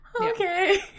okay